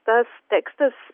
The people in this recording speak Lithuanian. tas tėkstas